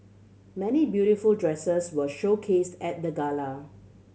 many beautiful dresses were showcased at the gala